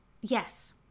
Yes